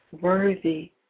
Worthy